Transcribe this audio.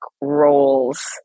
roles